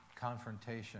confrontation